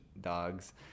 dogs